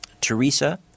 Teresa